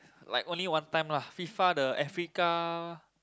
like only one time lah F_I_F_A the Africa